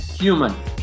Human